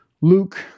Luke